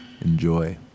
Enjoy